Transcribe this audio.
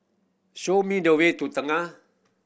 show me the way to Tengah